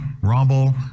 Rumble